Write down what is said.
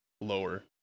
lower